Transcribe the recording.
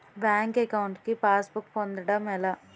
Bank account కి passbook పొందడం ఎలా?